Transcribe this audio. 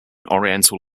oriental